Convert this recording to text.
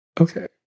Okay